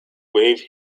wave